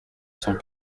cent